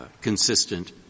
consistent